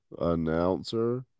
announcer